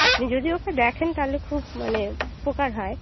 আপনি যদি ওকে দেখেন তাহলে খুব মানে উপকার হয়